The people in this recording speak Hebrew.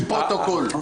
יש פרוטוקול.